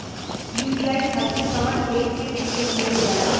UPI खातीर कवन ऐपके प्रयोग कइलजाला?